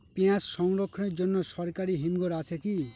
পিয়াজ সংরক্ষণের জন্য সরকারি হিমঘর আছে কি?